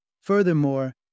Furthermore